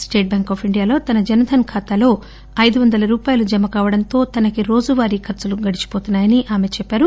state bank of ఇండియాలో తన జన్ ధన్ ఖాతాలో ఐదువందల రూపాయలు జమ కావడంతో తనకి రోజువారి ఖర్సులు గడిచిపోతున్నా యని ఆమె చెప్పారు